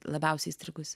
labiausiai įstrigusi